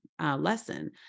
lesson